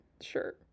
sure